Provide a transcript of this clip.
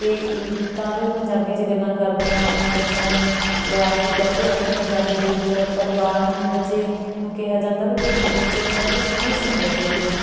ਅਤੇ ਤਾਂ ਜੋ ਪੰਜਾਬੀ ਚ ਗੱਲਾਂ ਕਰਦੇ ਹਾਂ ਆਪਣੇ ਬੱਚਿਆਂ ਨੂੰ ਗਾਲਾਂ ਵੀ ਕੱਢਦੇ ਹਾਂ ਉਹ ਵੀ ਪੰਜਾਬੀ ਦੇ ਵਿੱਚ ਪਰ ਗਾਲਾਂ ਨੂੰ ਵੀ ਬੱਚੇ ਨੂੰ ਕਿਹਾ ਜਾਂਦਾ ਕਿਉਂਕਿ ਉਹ ਬੱਚੇ ਨੇ ਬਹੁਤ ਸੀਰੀਅਸ ਨਹੀਂ ਲੈ ਕੇ ਜਾਂਦੇ